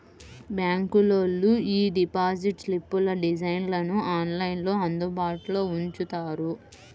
బ్యాంకులోళ్ళు యీ డిపాజిట్ స్లిప్పుల డిజైన్లను ఆన్లైన్లో అందుబాటులో ఉంచుతారు